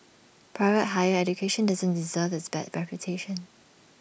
private higher education doesn't deserve its bad reputation